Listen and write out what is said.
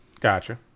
Gotcha